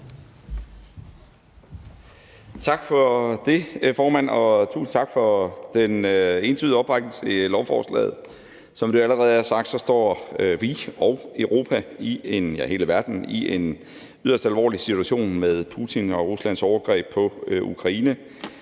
Tak for det, formand, og tusind tak for den entydige opbakning til lovforslaget. Som det jo allerede er sagt, står vi og Europa – ja, hele verden – i en yderst alvorlig situation med Putin og Ruslands overgreb på Ukraine.